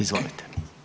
Izvolite.